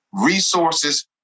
resources